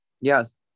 yes